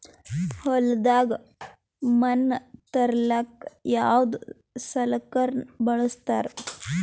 ಹೊಲದಾಗ ಮಣ್ ತರಲಾಕ ಯಾವದ ಸಲಕರಣ ಬಳಸತಾರ?